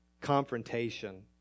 confrontation